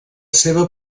seva